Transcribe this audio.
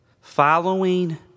Following